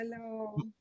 hello